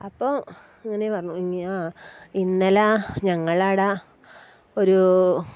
അപ്പോൾ ഇങ്ങനെ പറഞ്ഞു ഇനി ആ ഇന്നലെ ഞങ്ങളാട ഒരു